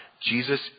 Jesus